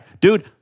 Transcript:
Dude